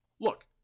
Look